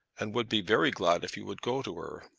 and would be very glad if you would go to her.